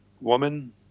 woman